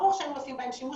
ברור שהיינו עושים בהם שימוש,